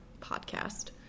podcast